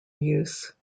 use